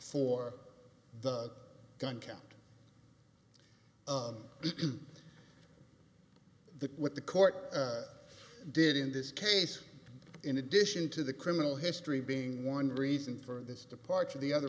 count the what the court did in this case in addition to the criminal history being one reason for this departure the other